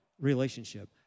relationship